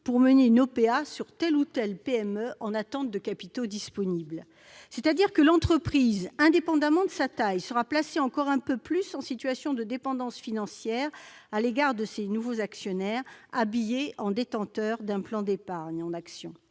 pour mener une OPA sur telle ou telle PME en attente de capitaux disponibles. Ainsi, l'entreprise, indépendamment de sa taille, sera placée encore un peu plus en situation de dépendance financière à l'égard de ces nouveaux actionnaires habillés en détenteurs d'un plan d'épargne en actions.